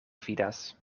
vidas